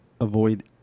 avoid